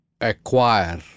acquire